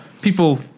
people